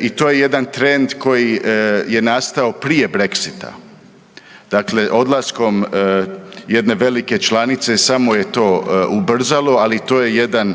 i to je jedan trend koji je nastao prije Brexita. Dakle, odlaskom jedne velike članice samo je to ubrzalo. Ali to je jedan